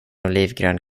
olivgrön